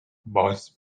boss